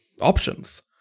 options